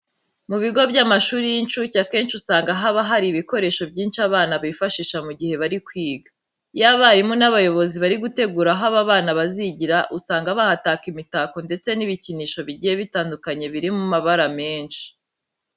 Mu bigo by'amashuri y'incuke akenshi usanga haba hari ibikoresho byinshi abana bifashisha mu gihe bari kwiga. Iyo abarimu n'abayobozi bari gutegura aho aba bana bazigira usanga bahataka imitako ndetse n'ibikinisho bigiye bitandukanye biri mu mabara menshi.